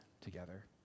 together